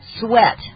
sweat